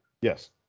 Yes